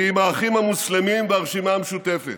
היא עם האחים המוסלמים והרשימה המשותפת.